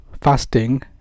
fasting